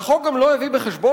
והחוק גם לא הביא בחשבון,